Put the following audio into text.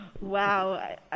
Wow